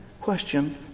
question